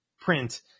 print